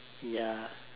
ya